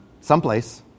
Someplace